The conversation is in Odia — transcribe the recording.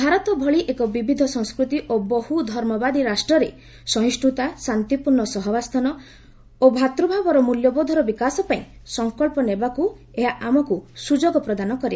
ଭାରତ ଭଳି ଏକ ବିବିଧ ସଂସ୍କୃତି ଓ ବହୁ ଧର୍ମବାଦୀ ରାଷ୍ଟ୍ରରେ ସହିଷ୍ଠୁତା ଶାନ୍ତିପୂର୍୍ଣ ସହାବସ୍ଥାନ ଓ ଭ୍ରାତୂଭାବର ମୂଲ୍ୟବୋଧର ବିକାଶପାଇଁ ସଙ୍କଚ୍ଚ ନେବାକୁ ଏହା ଆମକୁ ସୁଯୋଗ ପ୍ରଦାନ କରେ